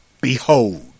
Behold